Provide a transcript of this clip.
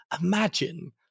imagine